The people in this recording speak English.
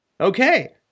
Okay